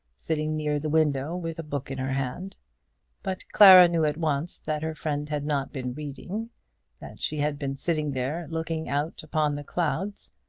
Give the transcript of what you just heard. sitting near the window with a book in her hand but clara knew at once that her friend had not been reading that she had been sitting there looking out upon the clouds,